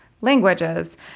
languages